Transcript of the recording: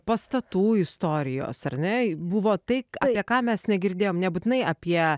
pastatų istorijos ar ne buvo tai apie ką mes negirdėjom nebūtinai apie